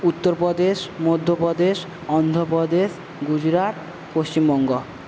Uttar Pradesh Madhya Pradesh Andhra Pradesh Gujarat Paschimbanga